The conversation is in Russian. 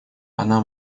она